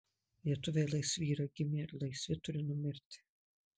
lietuviai laisvi yra gimę ir laisvi turi numirti